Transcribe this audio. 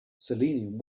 selenium